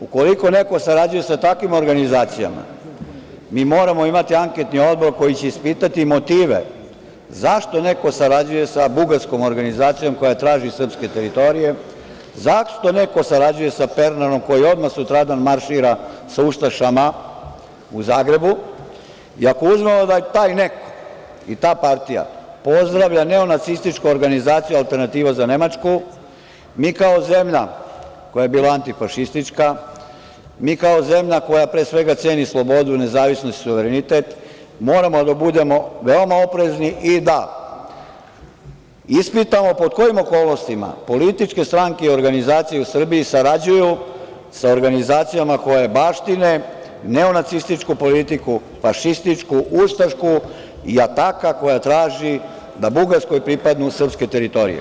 Ukoliko neko sarađuje sa takvim organizacijama, mi moramo imati anketni odbor koji će ispitati motive zašto neko sarađuje sa bugarskom organizacijom koja traži srpske teritorije, zašto neko sarađuje sa Pernarom koji odmah sutradan maršira sa ustašama u Zagrebu i ako uzmemo da je taj neko i ta partija pozdravlja neonacističku organizaciju „Alternativu za Nemačku“, mi kao zemlja koja je bila antifašistička, mi kao zemlja koja pre svega ceni slobodu, nezavisnost i suverenitet moramo da budemo veoma oprezni i da ispitamo pod kojim okolnostima političke stranke i organizacije u Srbiji sarađuju sa organizacijama koje baštine neonacističku politiku, fašističku, ustašku, jataka koja traži da Bugarskoj pripadnu srpske teritorije.